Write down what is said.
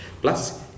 plus